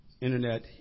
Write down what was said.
internet